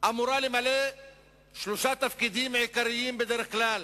אמורה למלא שלושה תפקידים עיקריים בדרך כלל: